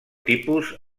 tipus